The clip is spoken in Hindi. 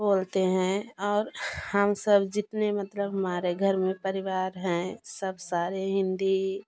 बोलते हैं और हम सब जितने मतलब हमारे घर में परिवार हैं सब सारे हिंदी ही